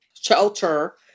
shelter